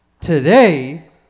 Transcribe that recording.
Today